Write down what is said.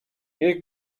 niech